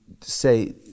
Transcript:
say